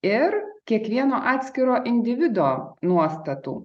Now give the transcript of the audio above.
ir kiekvieno atskiro individo nuostatų